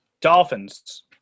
Dolphins